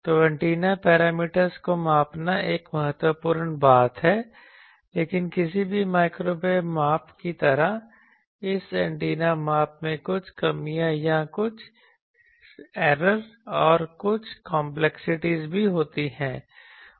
तो antenna parameters को मापना एक महत्वपूर्ण बात है लेकिन किसी भी माइक्रोवेव माप की तरह इस एंटीना माप में कुछ कमियां या कुछ निश्चित ऐरर और कुछ कंपलेक्सिटीज़ भी होती हैं